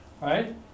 right